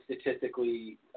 statistically